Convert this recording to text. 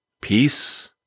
peace